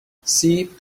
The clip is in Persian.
سیب